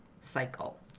cycle